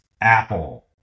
Apple